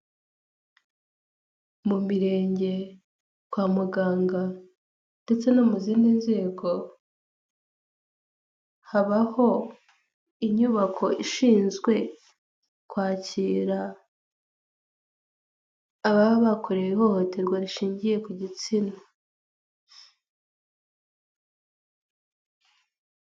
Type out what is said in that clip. Mu mirenge, kwa muganga ndetse no mu zindi nzego habaho inyubako ishinzwe kwakira ababa bakorewe ihohoterwa rishingiye ku gitsina.